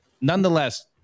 nonetheless